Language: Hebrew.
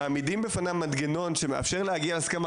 מעמידים בפניו מנגנון שמאפשר להגיע להסכמה